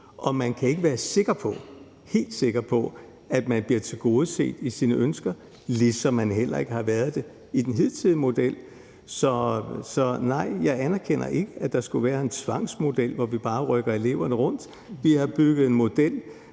Og man kan ikke være helt sikker på, at man bliver tilgodeset i forhold til sine ønsker, ligesom man heller ikke har kunnet være det i den hidtidige model. Så nej, jeg anerkender ikke, at der skulle være tale om en tvangsmodel, hvor vi bare rykker eleverne rundt. Vi har bygget en model